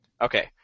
Okay